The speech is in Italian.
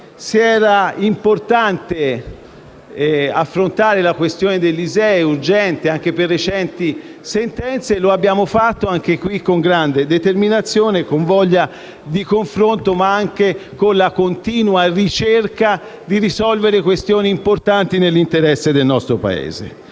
se era importante affrontare la questione dell'ISEE, urgente anche in seguito a recenti sentenze, l'abbiamo fatto con grande determinazione, con voglia di confronto, ma anche con la continua ricerca tesa a risolvere questioni importanti nell'interesse del nostro Paese.